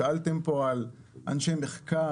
שאלתם פה על אנשי מחקר,